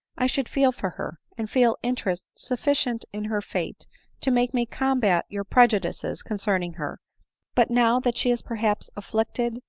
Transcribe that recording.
i should feel for her, and feel interest sufficient in her fate to make me combat your prejudices concerning her but now that she is perhaps afflicted,